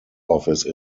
office